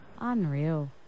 Unreal